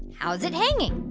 how's it hanging?